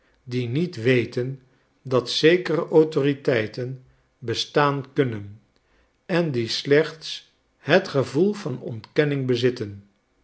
die niet weten dat zekere autoriteiten bestaan kunnen en die slechts het gevoel van ontkenning bezitten